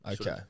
Okay